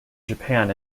japan